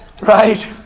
Right